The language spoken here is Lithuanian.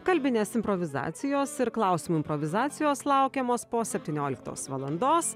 kalbinės improvizacijos ir klausimų improvizacijos laukiamas po septynioliktos valandos